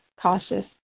cautious